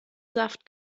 saft